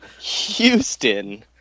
Houston